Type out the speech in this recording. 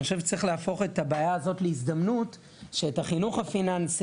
אני חושב שצריך להפוך את הבעיה הזאת להזדמנות שאת החינוך הפיננסי,